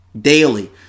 daily